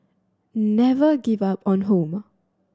never give up on home